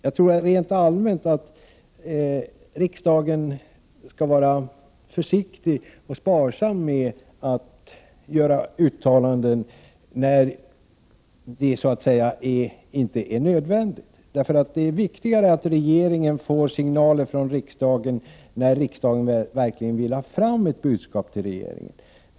Jag tror rent allmänt att riksdagen skall vara försiktig och sparsam med att göra uttalanden när det inte är nödvändigt. Det är viktigare att regeringen får signaler från riksdagen när riksdagen verkligen vill ha fram ett budskap till regeringen.